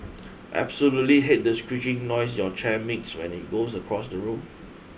absolutely hate the screeching noise your chair makes when it goes across the room